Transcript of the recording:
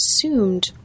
assumed